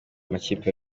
amakipe